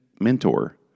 mentor